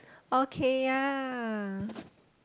okay ya